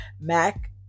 Mac